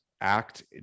act